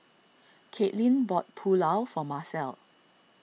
Katelin bought Pulao for Macel